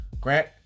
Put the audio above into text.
Grant